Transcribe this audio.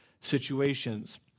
situations